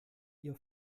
ihr